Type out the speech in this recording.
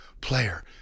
player